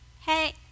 hey